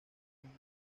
finca